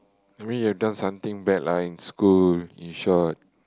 that mean you've done something bad lah in school in short